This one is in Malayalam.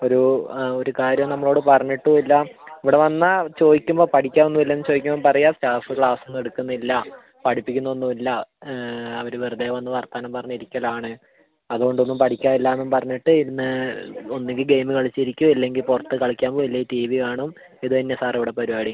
ഒരു ഒരു കാര്യവും നമ്മളോട് പറഞ്ഞിട്ടും ഇല്ല ഇവിടെ വന്നാൽ ചോദിക്കുമ്പം പഠിക്കാൻ ഒന്നും ഇല്ലേ എന്ന് ചോദിക്കുമ്പം പറയുവാണ് സ്റ്റാഫ് ക്ലാസ് ഒന്നും എടുക്കുന്നില്ല പഠിപ്പിക്കുന്നൊന്നും ഇല്ല അവർ വെറുതെ വന്ന് വർത്തമാനം പറഞ്ഞ് ഇരിക്കലാണ് അതുകൊണ്ട് ഒന്നും പഠിക്കാൻ ഇല്ല എന്ന് പറഞ്ഞിട്ട് ഇരുന്ന് ഒന്നുകിൽ ഗെയിം കളിച്ച് ഇരിക്കും അല്ലെങ്കിൽ പുറത്ത് കളിക്കാൻ പോവും അല്ലെങ്കിൽ ടി വി കാണും ഇത് തന്നെയാണ് സാറേ ഇവിടെ പരിപാടി